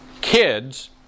Kids